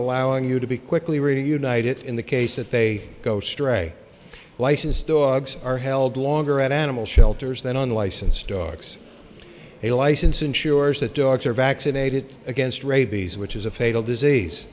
allowing you to be quickly ready to unite it in the case that they go stray licensed dogs are held longer at animal shelters than on licensed dogs a license ensures that dogs are vaccinated against rabies which is a fatal disease